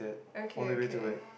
okay okay